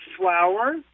flour